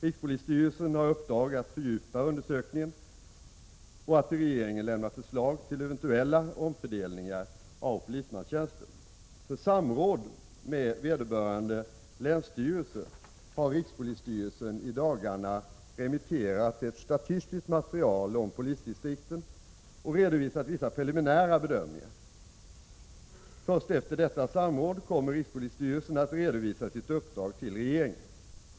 Rikspolisstyrelsen har fått i uppdrag att fördjupa undersökningen och att till regeringen lämna förslag till eventuella omfördelningar av polismanstjänster. För samråd med vederbörande länsstyrelse har rikspolisstyrelsen i dagarna remitterat ett statistiskt material om polisdistrikten och redovisat vissa preliminära bedömningar. Först efter detta samråd kommer rikspolisstyrelsen att redovisa sitt uppdrag till regeringen.